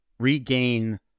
Regain